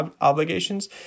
obligations